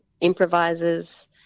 improvisers